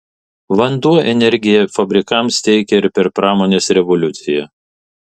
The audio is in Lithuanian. vanduo energiją fabrikams teikė ir per pramonės revoliuciją